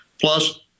plus